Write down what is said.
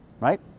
right